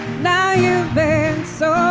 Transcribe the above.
now you've been so